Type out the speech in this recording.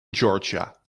georgia